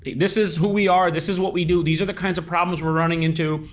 yeah this is who we are, this is what we do, these are the kinds of problems we're running into.